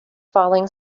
falling